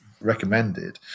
recommended